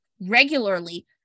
regularly